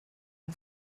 amb